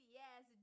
yes